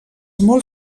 molt